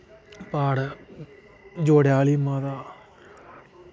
प्हाड़ जोड़ें आह्ली माता